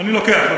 אני לוקח.